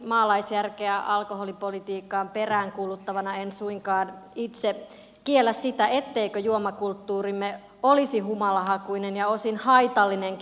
maalaisjärkeä alkoholipolitiikkaan peräänkuuluttavana en suinkaan itse kiellä sitä etteikö juomakulttuurimme olisi humalahakuinen ja osin haitallinenkin